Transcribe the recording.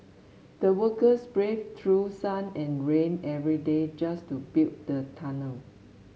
the workers braved through sun and rain every day just to build the tunnel